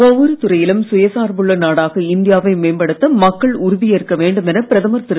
ஒவ்வொரு துறையிலும் சுயசார்புள்ள நாடாக இந்தியாவை மேம்படுத்த மக்கள் உறுதி ஏற்க வேண்டும் என பிரதமர் திரு